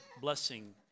blessing